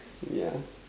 yeah